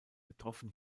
betroffen